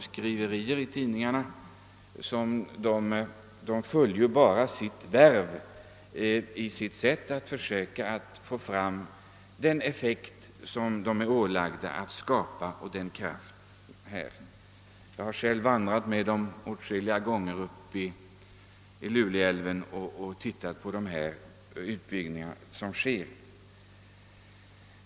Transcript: Skriverierna i tidningarna är många gånger obefogade. Vattenfalls personal fullgör bara sitt värv att försöka få fram den effekt som den är ålagd att skapa. Jag har själv många gånger vandrat tillsammans med verkets representanter längs Lule älv och sett på de utbyggnader som sker.